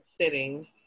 sitting